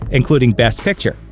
including best picture,